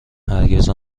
هرگز